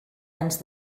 anys